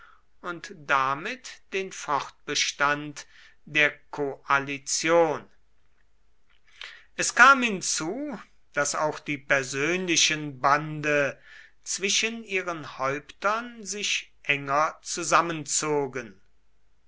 und damit den fortbestand der koalition es kam hinzu daß auch die persönlichen bande zwischen ihren häuptern sich enger